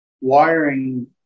wiring